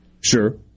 Sure